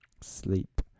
sleep